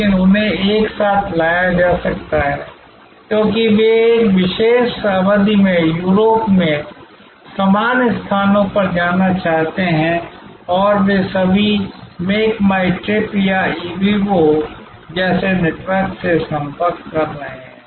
लेकिन उन्हें एक साथ लाया जा सकता है क्योंकि वे एक विशेष अवधि में यूरोप में समान स्थानों पर जाना चाहते हैं और वे सभी मेक माई ट्रिप या इबीबो जैसे नेटवर्क से संपर्क कर रहे हैं